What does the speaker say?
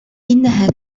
إنها